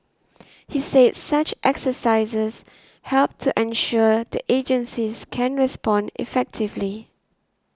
he said such exercises help to ensure the agencies can respond effectively